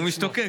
הוא משתוקק.